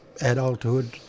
adulthood